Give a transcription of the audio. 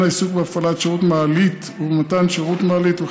העיסוק בהפעלת שירות מעלית ובמתן שירות מעלית,